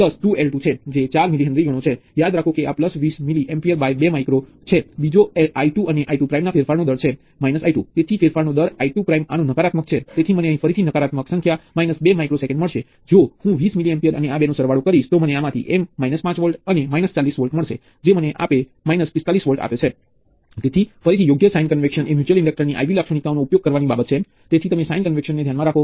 તેથી કિર્ચહોફના વોલ્ટેજ ના નિયમ નો આ ખૂબ જ પ્રારંભિક ઉપયોગ છે તે કહે છે કે જો તમારી પાસે સીરિઝ માં બે વોલ્ટેજ છે તો આ ટર્મિનલ અને તે ટર્મિનલ વચ્ચેનું પરિણામી વોલ્ટેજ એ વોલ્ટેજ નો સરવાળો છે